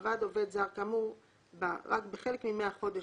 עבד עובד זר כאמור בה רק בחלק מימי החודש,